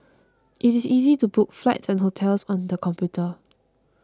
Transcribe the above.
it is easy to book flights and hotels on the computer